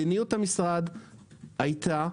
מדיניות המשרד היתה,